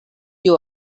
you